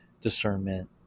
discernment